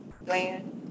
land